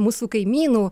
mūsų kaimynų